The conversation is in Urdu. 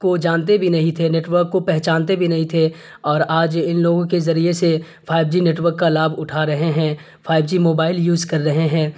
کو جانتے بھی نہیں تھے نیٹ ورک کو پہچانتے بھی نہیں تھے اور آج ان لوگوں کے ذریعے سے فائیو جی نیٹ ورک کا لابھ اٹھا رہے ہیں فائیو جی موبائل یوز کر رہے ہیں